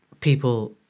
people